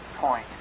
point